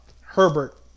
Herbert